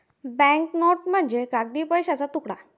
bank note म्हणजे कागदी पैशाचा तुकडा